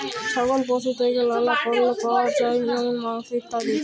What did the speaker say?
ছাগল পশু থেক্যে লালা পল্য পাওয়া যায় যেমল মাংস, ইত্যাদি